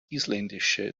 isländische